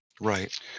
Right